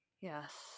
yes